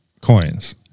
coins